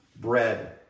bread